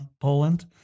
Poland